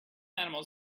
animals